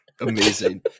Amazing